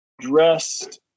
dressed